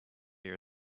your